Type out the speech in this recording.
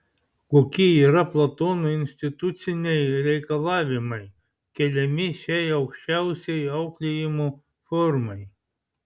kokie yra platono instituciniai reikalavimai keliami šiai aukščiausiai auklėjimo formai